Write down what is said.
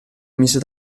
mise